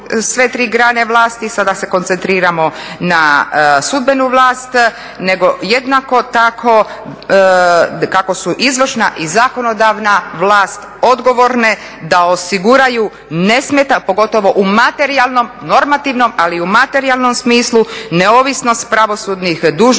sve tri grane vlasti. Sada se koncentriramo na sudbenu vlast, nego jednako tako kako su izvršna i zakonodavna vlat odgovorne da osiguraju nesmetano, pogotovo u materijalnom, normativnom, ali i u materijalnom smislu neovisnost pravosudnih dužnika